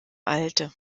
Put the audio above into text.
alte